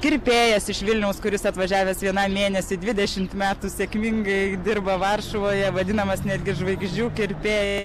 kirpėjas iš vilniaus kuris atvažiavęs vienam mėnesiui dvidešimt metų sėkmingai dirba varšuvoje vadinamas netgi žvaigždžių kirpėju